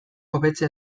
hobetzea